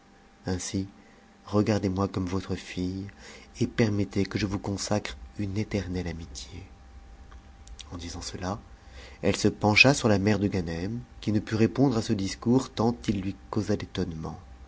ainsi regardez-moi comme votre fille et permettez que je vous consacre une éternelle amitié en disant cela elle se pencha sur la mère de ganem qui ne put répondre à ce discours tant il lui causa d'étonnement